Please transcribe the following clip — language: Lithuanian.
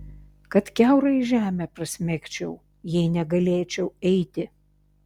kad kiaurai žemę prasmegčiau jei negalėčiau eiti